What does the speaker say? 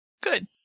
Good